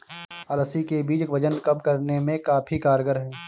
अलसी के बीज वजन कम करने में काफी कारगर है